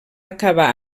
acabar